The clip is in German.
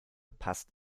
passt